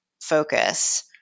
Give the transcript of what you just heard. focus